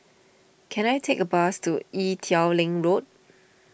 can I take a bus to Ee Teow Leng Road